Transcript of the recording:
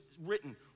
written